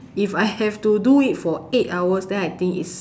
if I have to do it for eight hours then I think it's